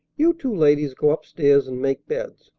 you two ladies go up-stairs, and make beds.